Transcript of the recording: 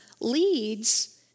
leads